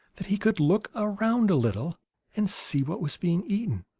that he could look around a little and see what was being eaten,